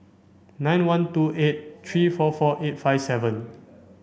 nine one two eight three four four eight five seven